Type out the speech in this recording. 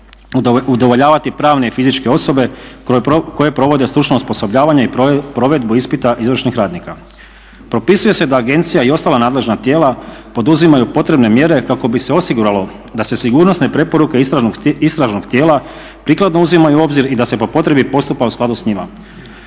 udovoljavati pravne i fizičke osobe koje provode stručno osposobljavanje i provedbu ispita izvršnih radnika. Propisuje se da agencija i ostala nadležna tijela poduzimaju potrebne mjere kako bi se osiguralo da se sigurnosne preporuke istražnog tijela prikladno uzimaju u obzir i da se po potrebi postupa u skladu s njima.